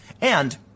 And-